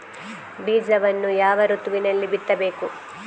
ಬೀಜವನ್ನು ಯಾವ ಋತುವಿನಲ್ಲಿ ಬಿತ್ತಬೇಕು?